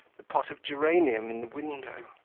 the pot of geranium in the window,